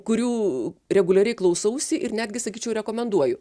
kurių reguliariai klausausi ir netgi sakyčiau rekomenduoju